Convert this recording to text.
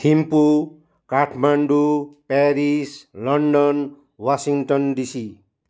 Thimphu Kathmandu Paris London Washington DC